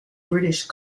british